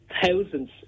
thousands